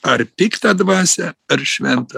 ar piktą dvasią ar šventą